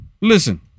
listen